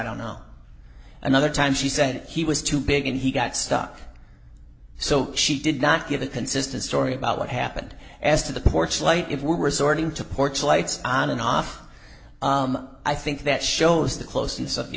don't know another time she said he was too big and he got stuck so she did not give a consistent story about what happened as to the porch light if we were sorting to porch lights on and off i think that shows the closeness of the